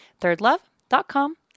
thirdlove.com